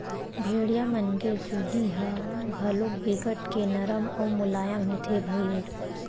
भेड़िया मन के चूदी ह घलोक बिकट के नरम अउ मुलायम होथे भईर